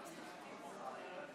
זה עוד נחשב שקט פה.